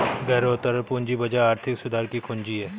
गहरे और तरल पूंजी बाजार आर्थिक सुधार की कुंजी हैं,